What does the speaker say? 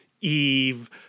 Eve